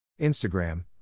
Instagram